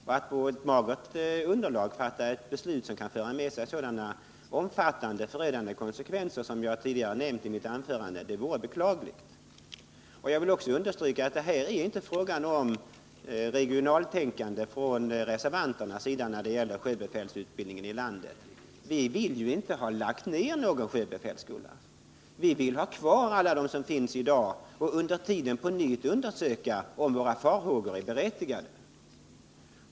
Och att på ett magert underlag fatta ett beslut som kan föra med sig omfattande och förödande konsekvenser som jag tidigare nämnt i mitt anförande vore beklagligt. Jag vill också understryka att det här inte är fråga om något regionaltänkande från reservanternas sida när det gäller sjöbefälsutbildningen i landet. Vi vill inte att någon sjöbefälsskola skall läggas ner, utan vi vill ha kvar alla som finns i dag och under tiden på nytt undersöka om våra farhågor är berättigade.